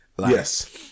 yes